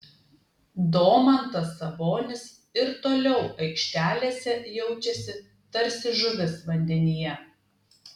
domantas sabonis ir toliau aikštelėse jaučiasi tarsi žuvis vandenyje